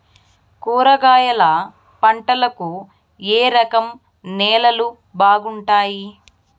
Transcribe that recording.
కూరగాయల పంటలకు ఏ రకం నేలలు బాగుంటాయి?